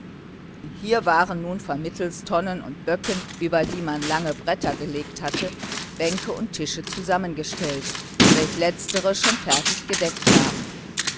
hier waren nun vermittels tonnen und böcken über die man lange bretter gelegt hatte bänke und tische zusammengestellt welch letztere schon fertig gedeckt waren